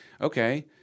okay